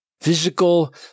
physical